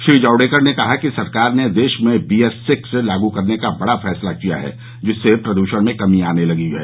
श्री जावडेकर ने कहा कि सरकार ने देश में बीएस सिक्स लागू करने का बडा फैसला किया है जिससे प्रदृषण में कमी आने लगी है